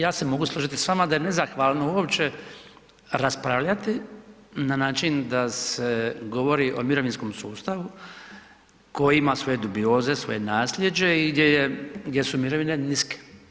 Ja se mogu složiti s vama da je nezahvalno uopće raspravljati na način da se govori o mirovinskom sustavu koji ima svoje dubioze, svoje nasljeđe i gdje su mirovine niske.